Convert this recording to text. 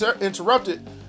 interrupted